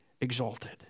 exalted